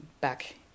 back